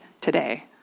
today